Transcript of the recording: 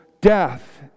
death